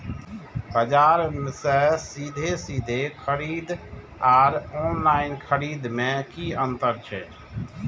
बजार से सीधे सीधे खरीद आर ऑनलाइन खरीद में की अंतर छै?